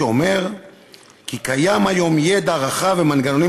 שאומר כי קיים היום ידע רחב ומנגנונים